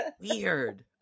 Weird